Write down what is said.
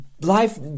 life